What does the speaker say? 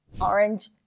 Orange